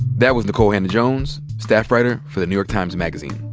that was nikole hannah-jones, staff writer for the new york times magazine.